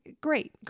great